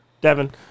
Devin